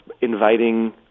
inviting